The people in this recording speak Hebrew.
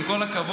עם כל הכבוד,